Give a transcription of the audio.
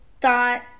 thought